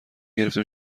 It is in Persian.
گرفتیم